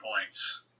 Points